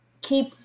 keep